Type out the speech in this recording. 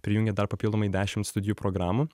prijungę dar papildomai dešimt studijų programų